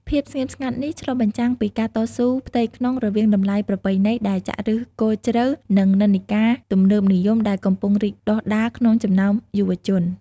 ភាពស្ងៀមស្ងាត់នេះឆ្លុះបញ្ចាំងពីការតស៊ូផ្ទៃក្នុងរវាងតម្លៃប្រពៃណីដែលចាក់ឫសគល់ជ្រៅ និងនិន្នាការទំនើបនិយមដែលកំពុងរីកដុះដាលក្នុងចំណោមយុវជន។